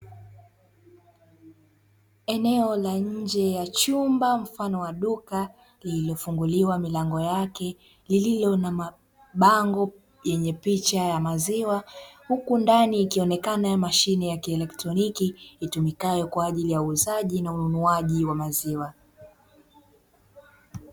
Eneo la nje ya chumba mfano wa duka, lilofunguliwa milango yake lilio na mabango yenye picha ya maziwa huku ndani ikionekana mashine ya kieletroniki itumikayo kwaajili ya uzaji na ununuaji wa maziwa.